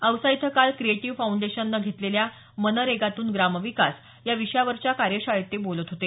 औसा इथं काल क्रिएटिव्ह फाऊंडेशननं घेतलेल्या मनरेगातून ग्रामविकास या विषयावरच्या कार्यशाळेत ते बोलत होते